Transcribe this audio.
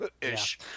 ish